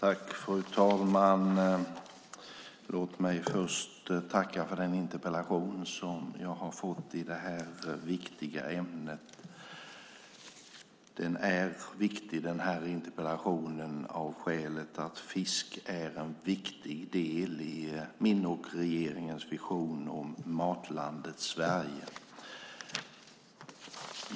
Fru talman! Jag vill tacka för den interpellation som jag har fått i det här viktiga ämnet. Interpellationen är viktig av det skälet att fisk är en viktig del i min och regeringens vision om Matlandet Sverige.